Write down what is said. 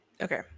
okay